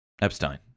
Epstein